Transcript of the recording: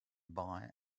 buy